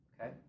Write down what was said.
Okay